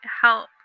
help